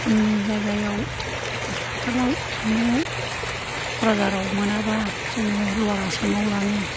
जोंनि जायगायाव हस्पिटेलाव थांनायाव कक्राझाराव मोनाबा जोङो लवार आसामाव लाङो